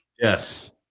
Yes